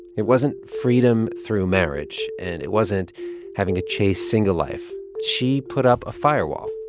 it wasn't freedom through marriage, and it wasn't having a chaste single life. she put up a firewall.